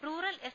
rural S